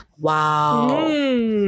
wow